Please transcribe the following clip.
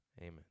Amen